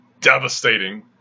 devastating